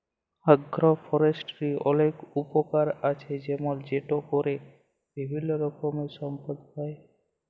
আগ্র ফরেষ্ট্রীর অলেক উপকার আছে যেমল সেটা ক্যরে বিভিল্য রকমের সম্পদ পাই